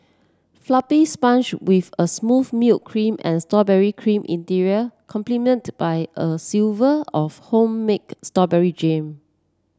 floppy sponge with a smooth milk cream and strawberry cream interior complemented by a silver of home make store berry jam